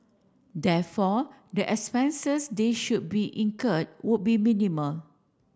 therefore the expenses they should be incurred would be minimal